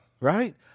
right